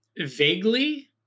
Vaguely